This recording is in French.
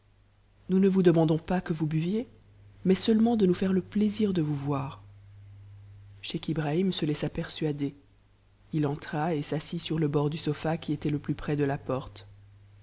nous ne vous demandons pas que vous buviez mais seulement de nous faire le plaisir de vous voir scheich ibrahim se laissa persuader il entra et s'assit sur le bord du su a qui était le plus près de la porte